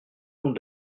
long